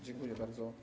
Dziękuję bardzo.